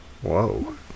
Whoa